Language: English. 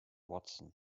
watson